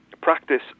practice